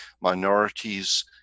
minorities